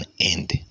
end